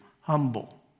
humble